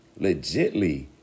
Legitly